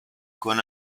con